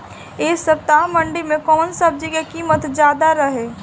एह सप्ताह मंडी में कउन सब्जी के कीमत ज्यादा रहे?